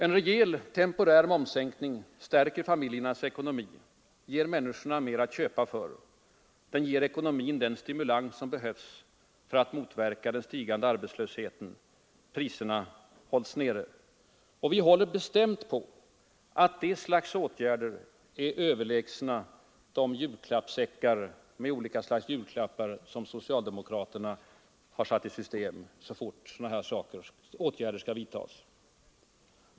En rejäl temporär momssänkning stärker familjernas ekonomi, ger människorna mera att köpa för — den ger ekonomin den stimulans som behövs för att motverka den stigande arbetslösheten. Priserna hålls nere. Och vi hävdar bestämt att den sortens åtgärder är överlägsna de julklappssäckar med olika slags gåvor som socialdemokraterna kommer med så fort stimulansåtgärder skall vidtas.